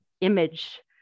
image